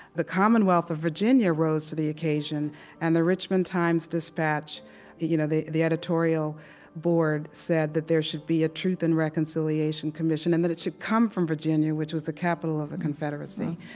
the commonwealth of virginia rose to the occasion and the richmond times-dispatch you know the the editorial board said that there should be a truth and reconciliation commission, and that it should come from virginia, which was the capital of the confederacy.